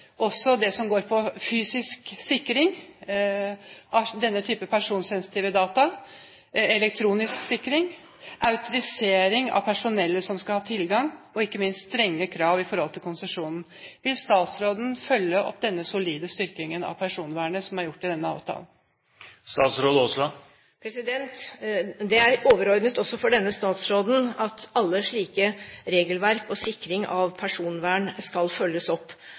det som går på fysisk sikring av denne type personsensitive data, elektronisk sikring, autorisering av personellet som skal ha tilgang, og ikke minst strenge krav i forhold til konsesjon. Vil statsråden følge opp den solide styrkingen av personvernet som er gjort i denne avtalen? Det er overordnet også for denne statsråden at alle slike regelverk og sikring av personvern skal følges opp.